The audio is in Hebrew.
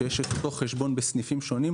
שיש את אותו חשבון בסניפים שונים,